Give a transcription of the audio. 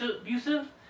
abusive